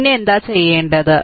പിന്നെ നിങ്ങൾ എന്തു ചെയ്യും